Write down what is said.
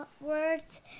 words